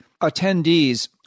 attendees